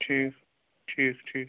ٹھیٖک ٹھیٖک ٹھیٖک